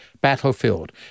battlefield